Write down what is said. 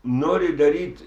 nori daryt